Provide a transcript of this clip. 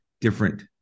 different